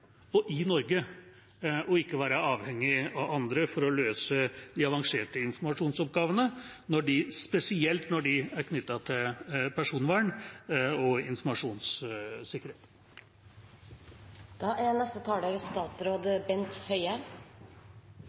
og i Norge, og ikke være avhengig av andre for å løse de avanserte informasjonsoppgavene, spesielt når de er knyttet til personvern og informasjonssikkerhet. Riksrevisjonens merknader og anbefalinger om effektiv drift er